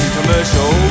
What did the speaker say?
commercial